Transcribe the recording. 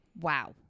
wow